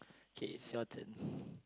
okay it's your turn